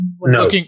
no